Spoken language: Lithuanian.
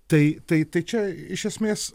tai tai tai čia iš esmės